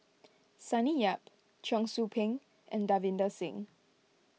Sonny Yap Cheong Soo Pieng and Davinder Singh